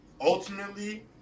ultimately